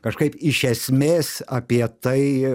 kažkaip iš esmės apie tai